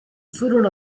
furono